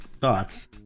thoughts